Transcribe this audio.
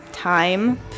Time